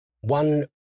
One